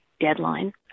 deadline